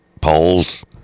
polls